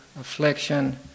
affliction